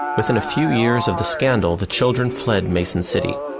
within a few years of the scandal, the children fled mason city.